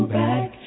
back